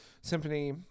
Symphony